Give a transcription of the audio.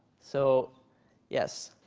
so yes.